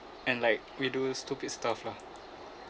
and like we do stupid stuff lah